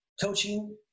coaching